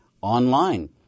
online